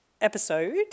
episode